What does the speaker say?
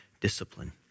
discipline